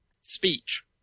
speech